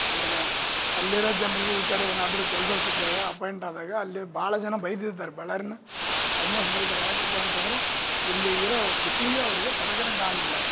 ಆಮೇಲೆ ಅಲ್ಲಿರೋ ಜನರಿಗೆ ಈ ಕಡೆ ಏನಾದರು ಕೆಲಸ ಸಿಕ್ಕರೆ ಅಪಾಯಿಂಟ್ ಆದಾಗ ಅಲ್ಲಿ ಭಾಳ ಜನ ಬೈದಿರ್ತಾರೆ ಬಳ್ಳಾರಿನ ಆಲ್ಮೋಸ್ಟ್ ಬೈದಿರ ಯಾಕಪ್ಪ ಅಂತಂದ್ರೆ ಇಲ್ಲಿ ಇರೋ ಬಿಸಿಲಿಗೆ ಅವರಿಗೆ ತಡಕಳಕಾಂಗಿಲ್ಲ